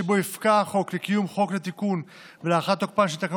שבו יפקע החוק לקיום חוק לתיקון ולהארכת תוקפן של תקנות